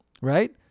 right